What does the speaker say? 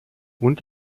und